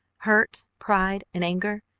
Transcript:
hurt pride and anger,